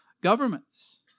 governments